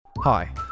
Hi